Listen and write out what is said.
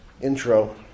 intro